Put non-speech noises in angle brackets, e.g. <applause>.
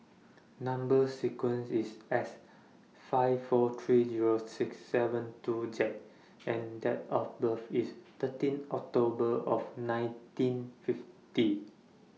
<noise> Number sequence IS S five four three Zero six seven two Z and Date of birth IS thirteen October of nineteen fifty